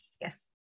yes